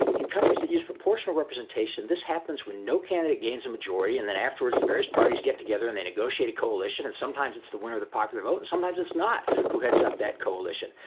in countries that use proportional representation, this happens when no candidate gains a majority and then afterwards the various parties get together, and they negotiate a coalition, and sometimes it's the winner or the popular vote, sometimes just not who heads up that coalition.